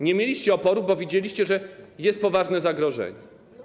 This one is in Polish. Nie mieliście oporów, bo widzieliście, że jest poważne zagrożenie.